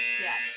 yes